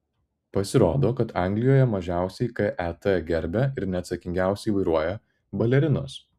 pasirodo kad anglijoje mažiausiai ket gerbia ir neatsakingiausiai vairuoja balerinos